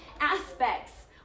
aspects